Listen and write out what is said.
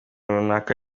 runaka